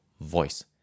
voice